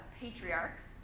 patriarchs